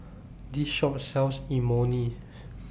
This Shop sells Imoni